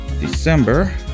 December